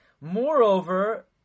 Moreover